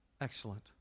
Excellent